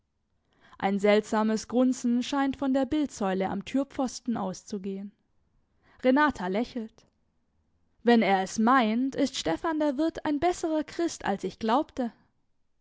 ein seltsames grunzen scheint von der bildsäule am türpfosten auszugehen renata lächelt wenn er es meint ist stephan der wirt ein besserer christ als ich glaubte